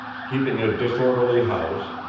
keeping a disorderly house,